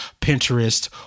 Pinterest